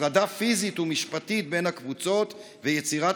הפרדה פיזית ומשפטית בין הקבוצות ויצירת